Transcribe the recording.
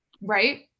Right